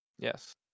Yes